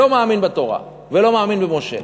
לא מאמין בתורה ולא מאמין במשה?